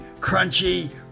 crunchy